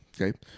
Okay